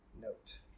note